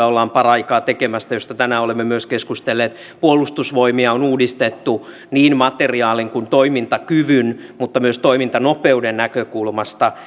ollaan tekemässä tiedustelulainsäädäntöä josta tänään olemme myös keskustelleet puolustusvoimia on uudistettu niin materiaalin kuin toimintakyvyn mutta myös toimintanopeuden näkökulmasta